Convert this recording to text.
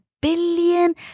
billion